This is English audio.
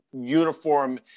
uniform